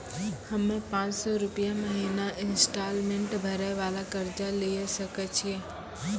हम्मय पांच सौ रुपिया महीना इंस्टॉलमेंट भरे वाला कर्जा लिये सकय छियै?